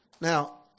Now